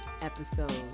episode